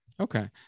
Okay